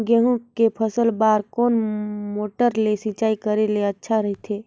गहूं के फसल बार कोन मोटर ले सिंचाई करे ले अच्छा रथे?